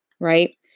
right